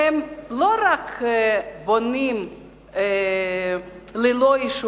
שהם לא רק בונים ללא אישורים,